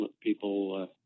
people